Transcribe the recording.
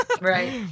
right